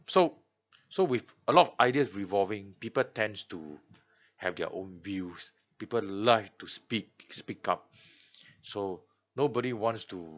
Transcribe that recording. so so with a lot of ideas evolving people tends to have their own views people like to speak speak up so nobody wants to